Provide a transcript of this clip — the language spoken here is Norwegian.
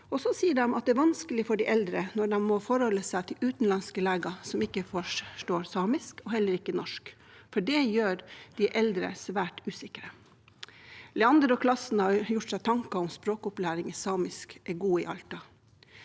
Så sier de at det er vanskelig for de eldre når de må forholde seg til utenlandske leger som ikke forstår samisk, og heller ikke norsk. Det gjør de eldre svært usikre. Leander og klassen har gjort seg tanker om hvorvidt språkopplæringen i samisk er god i Alta.